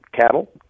cattle